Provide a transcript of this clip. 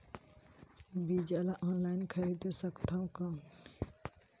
बीजा ला ऑनलाइन खरीदे सकथव कौन?